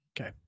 okay